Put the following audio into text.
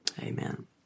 amen